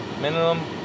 minimum